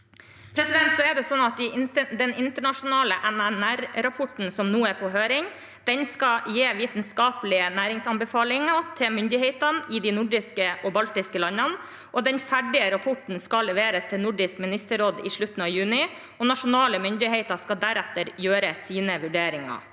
Den internasjonale NNR-rapporten som nå er på høring, skal gi vitenskapelige næringsanbefalinger til myndighetene i de nordiske og baltiske landene. Den ferdige rapporten skal leveres til Nordisk ministerråd i slutten av juni, og nasjonale myndigheter skal deretter gjøre sine vurderinger.